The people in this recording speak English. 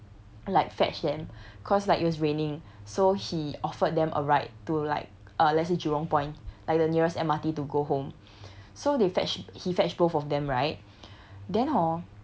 like fetch them cause like it was raining so he offered them a ride to like uh let's say jurong point like the nearest M_R_T to go home so they fetch he fetched both of them right then hor